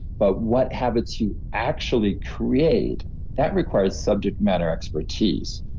but what habits you actually create that requires subject matter expertise.